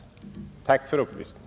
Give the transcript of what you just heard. Tack för den upplysningen!